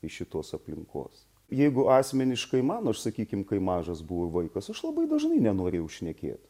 iš šitos aplinkos jeigu asmeniškai mano aš sakykim kai mažas buvau vaikas aš labai dažnai nenorėjau šnekėt